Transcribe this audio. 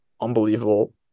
unbelievable